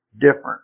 different